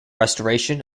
restoration